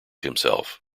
himself